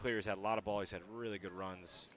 clears out a lot of boys had really good runs